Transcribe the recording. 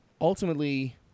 ultimately